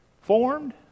formed